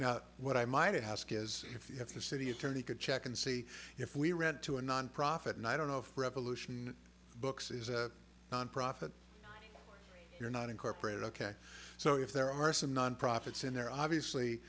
due what i might ask is if the city attorney could check and see if we rent to a nonprofit and i don't know if revolution books is a nonprofit you're not incorporated ok so if there are some non profits in there obviously